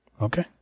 Okay